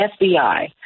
FBI